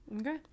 Okay